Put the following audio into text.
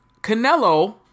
Canelo